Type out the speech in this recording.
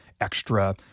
extra